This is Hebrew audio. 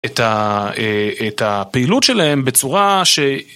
את הפעילות שלהם בצורה ש...